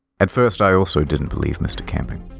at first, i also didn't believe mr. camping.